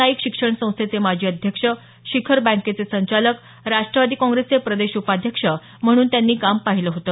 नाईक शिक्षण संस्थेचे माजी अध्यक्ष शिखर बँकेचे संचालक राष्ट्रवादी काँगेसचे प्रदेश उपाध्यक्ष म्हणून त्यांनी काम पाहिल होत